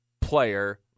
player